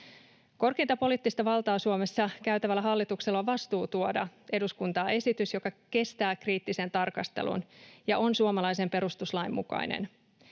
Korkeinta poliittista valtaa Suomessa käyttävällä hallituksella on vastuu tuoda eduskuntaan esitys, joka kestää kriittisen tarkastelun ja on suomalaisen perustuslain mukainen.